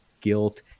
guilt